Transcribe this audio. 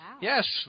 Yes